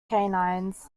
canines